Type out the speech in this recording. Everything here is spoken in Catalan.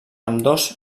ambdós